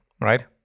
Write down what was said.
right